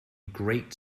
great